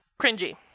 cringy